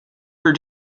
for